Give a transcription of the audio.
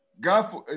God